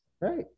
Right